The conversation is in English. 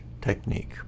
technique